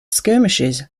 skirmishes